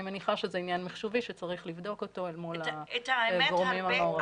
אני מניחה שזה עניין מחשובי שצריך לבדוק אותו אל מול הגורמים המעורבים.